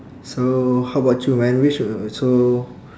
so how about you man which uh so